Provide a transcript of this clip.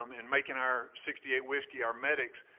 um in making our sixty eight whiskey, our medics,